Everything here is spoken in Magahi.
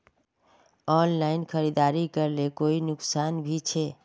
ऑनलाइन खरीदारी करले कोई नुकसान भी छे?